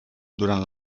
durant